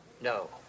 No